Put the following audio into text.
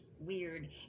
weird